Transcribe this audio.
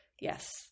Yes